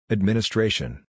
Administration